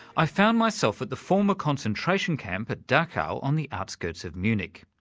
i found myself at the former concentration camp at dachau on the outskirts of munich.